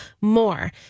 more